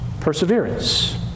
perseverance